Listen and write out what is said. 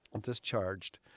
discharged